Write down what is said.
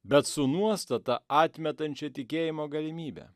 bet su nuostata atmetančia tikėjimo galimybę